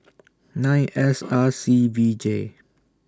nine S R C V J